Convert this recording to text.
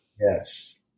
Yes